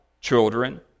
children